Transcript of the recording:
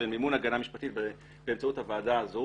מימון הגנה משפטית באמצעות הוועדה הזו,